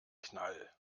knall